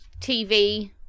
TV